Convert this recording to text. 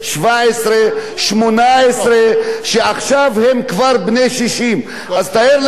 ועכשיו הם כבר בני 60. אז תאר לעצמך שהם כבר עובדים 40 שנה.